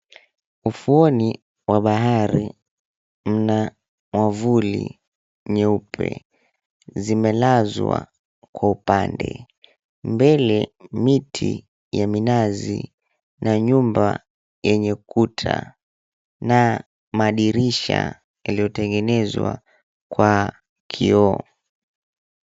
Ufuoni mwa bahari mna mwavuli nyeupe zimelazwa kwa upande, mbele miti ya minazi na nyumba yenye kuta na madirisha yaliyotengenezwa kwa kioo.